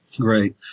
Great